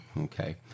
okay